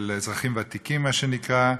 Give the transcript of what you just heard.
של אזרחים ותיקים מה שנקרא.